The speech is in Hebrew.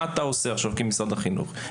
מה אתה עושה עכשיו, משרד החינוך?